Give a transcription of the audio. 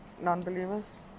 non-believers